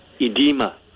edema